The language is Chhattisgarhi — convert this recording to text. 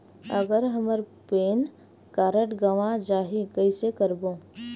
अगर हमर पैन कारड गवां जाही कइसे करबो?